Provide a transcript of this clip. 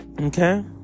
Okay